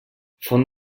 font